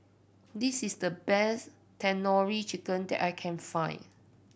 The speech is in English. this is the best Tandoori Chicken that I can find